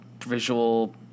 visual